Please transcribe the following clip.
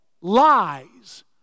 lies